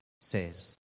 says